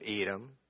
Edom